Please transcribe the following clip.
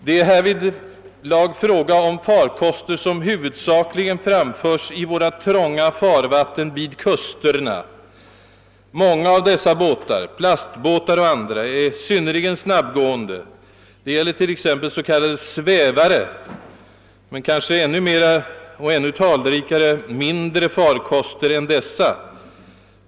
Det är här fråga om farkoster, som huvudsakligen framföres i våra trånga farvatten vid kusterna. Många av dessa farkoster, plastbåtar och andra, saknar motor men andra är synnerligen snabbgående genom dyrbar motorutrustning. Detta gäller främst s.k. svävare, men även talrika mindre båtar är mycket snabba.